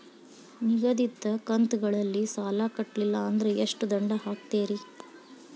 ನಿಗದಿತ ಕಂತ್ ಗಳಲ್ಲಿ ಸಾಲ ಕಟ್ಲಿಲ್ಲ ಅಂದ್ರ ಎಷ್ಟ ದಂಡ ಹಾಕ್ತೇರಿ?